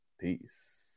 Peace